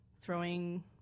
Throwing